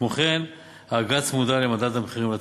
כמו כן, האגרה צמודה למדד המחירים לצרכן.